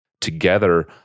together